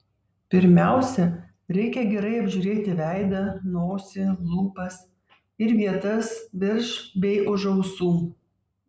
pirmiausia reikia gerai apžiūrėti veidą nosį lūpas ir vietas virš bei už ausų